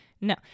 No